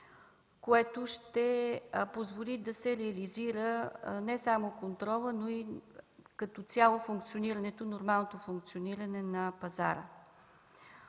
което ще позволи да се реализира не само контролът, но и като цяло нормалното функциониране на пазара.